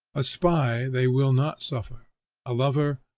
a spy they will not suffer a lover,